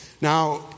Now